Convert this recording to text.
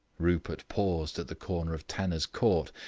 rupert paused at the corner of tanner's court,